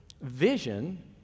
vision